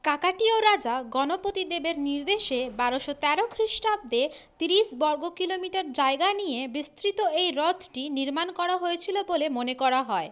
কাকাটিয় রাজা গণপতিদেবের নির্দেশে বারোশো তেরো খ্রিস্টাব্দে তিরিশ বর্গ কিলোমিটার জায়গা নিয়ে বিস্তৃত এই হ্রদটি নির্মাণ করা হয়েছিলো বলে মনে করা হয়